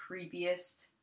creepiest